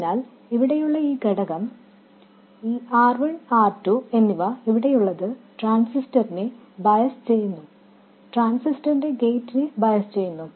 അതിനാൽ ഇവിടെയുള്ള ഈ ഘടകം ഈ R1 R2 എന്നിവ ഇവിടെയുള്ളത് ട്രാൻസിസ്റ്ററിനെ ബയസ് ചെയ്യാനാണ് ട്രാൻസിസ്റ്ററിന്റെ ഗേറ്റിനെ ഇത് ബയസ് ചെയ്യുന്നു